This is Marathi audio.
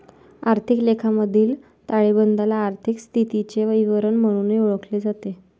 आर्थिक लेखामधील ताळेबंदाला आर्थिक स्थितीचे विवरण म्हणूनही ओळखले जाते